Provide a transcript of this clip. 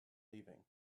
leaving